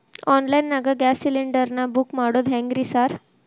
Online ನಾಗ gas cylinder ನಾ book ಮಾಡೋದ್ ಹೆಂಗ್ರಿ ಸಾರ್?